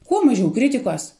kuo mažiau kritikos